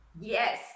yes